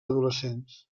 adolescents